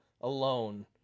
alone